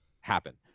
happen